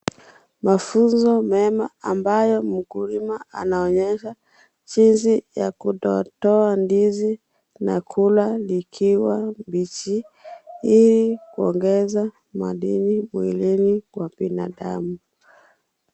Mafunzo mema ambayo mkulima anaonyesha jinsi ya kudondoa ndizi na kula likiwa mbichi ili kuongeza madini mwilini wa binadamu.